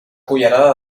cullerada